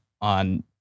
on